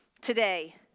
today